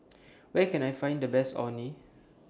Where Can I Find The Best Orh Nee